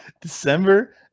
December